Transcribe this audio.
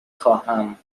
خواهم